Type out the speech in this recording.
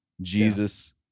Jesus